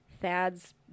Thad's